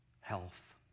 health